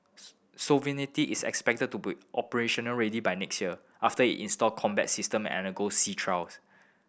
sovereignty is expected to be operationally ready by next year after it install combat system undergoes sea trials